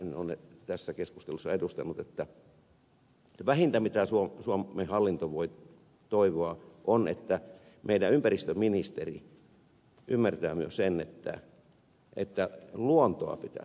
pulliainen on tässä keskustelussa edustanut joiden mielestä vähintä mitä suomen hallinto voi toivoa on että meidän ympäristöministerimme ymmärtää myös sen että luontoa pitää suojella